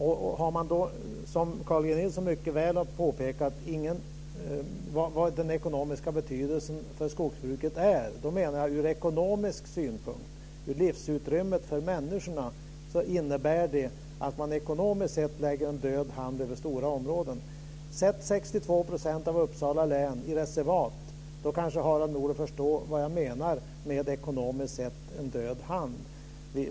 Carl G Nilsson har mycket riktigt pekat på skogsbrukets ekonomiska betydelse. Jag menar att det ur ekonomisk synpunkt, med tanke på livsutrymmet för människorna, är fråga om att lägga en död hand över stora områden. Sätt 62 % av Uppsala län i reservat! Då kanske Harald Nordlund förstår vad jag menar med en ekonomiskt sett död hand.